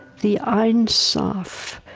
the ein sof,